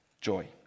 joy